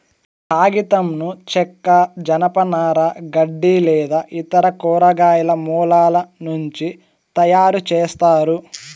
కాగితంను చెక్క, జనపనార, గడ్డి లేదా ఇతర కూరగాయల మూలాల నుంచి తయారుచేస్తారు